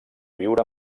viure